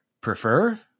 prefer